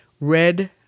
red